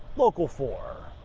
local four.